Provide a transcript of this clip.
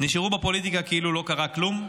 כאילו לא קרה כלום.